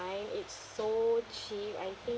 it's so cheap I think